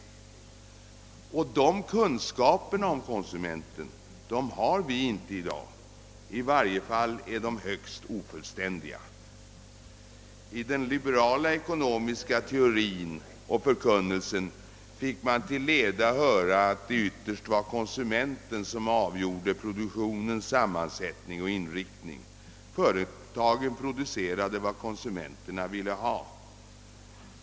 De kunskaperna om konsumenten har vi inte i dag — i varje fall är de högst ofullständiga. I den liberala ekonomiska teorin och förkunnelsen fick man till leda höra att det ytterst var konsumenten som avgjorde produktionens sammansättning och inriktning. Företaget publicerade vad konsumenterna ville ha.